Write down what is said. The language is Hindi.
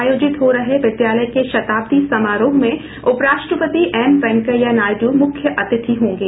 आयोजित हो रहे विद्यालय के शताब्दी समारोह में उपराष्ट्रपति एम वेंकैया नायडू मुख्य अतिथि होंगे